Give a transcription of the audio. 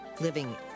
Living